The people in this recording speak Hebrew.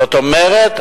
זאת אומרת,